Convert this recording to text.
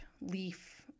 leaf